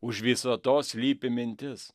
už viso to slypi mintis